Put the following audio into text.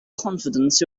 confidence